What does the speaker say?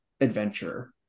adventure